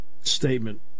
statement